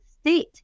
state